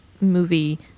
movie